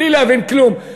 בלי להבין כלום.